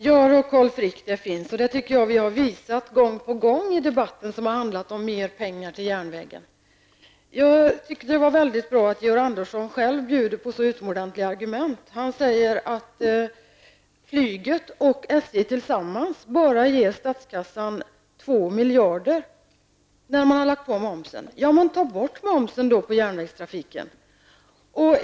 Herr talman! Ja, Carl Frick, det stämmer, och det tycker jag att vi har visat gång på gång i debatter som handlat om mer pengar till järnvägen. Det var väldigt bra att Georg Andersson själv bjöd på så utomordentliga argument. Han sade att flyget och SJ tillsammans bara ger statskassan 2 miljarder, när man har lagt på momsen. Ta då bort momsen på järnvägstrafiken!